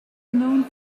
known